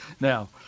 Now